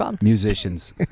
musicians